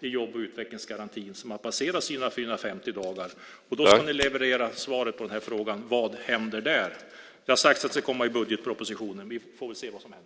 i jobb och utvecklingsgarantin passerat sina 450 dagar. Då ska ni leverera svaret på frågan: Vad händer nu? Det har sagts att det ska komma i budgetpropositionen. Vi får väl se vad som händer.